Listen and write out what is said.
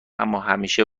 اماهمیشه